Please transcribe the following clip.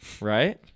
right